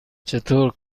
چطور